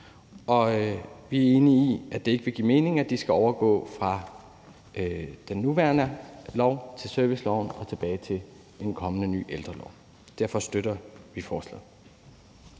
og vi er enige i, at det ikke vil give mening, at de skal overgå fra den nuværende lovgivning til serviceloven og tilbage til en kommende ny ældrelov. Derfor støtter vi forslaget.